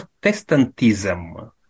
Protestantism